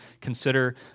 consider